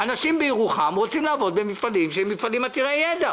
אנשים בירוחם רוצים לעבוד במפעלים עתירי ידע